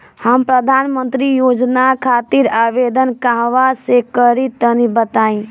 हम प्रधनमंत्री योजना खातिर आवेदन कहवा से करि तनि बताईं?